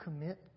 commit